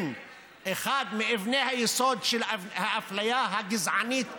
מאבני היסוד של האפליה הגזענית הממוסדת,